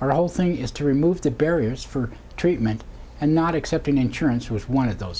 or all thing is to remove the barriers for treatment and not accept an insurance with one of those